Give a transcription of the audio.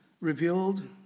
revealed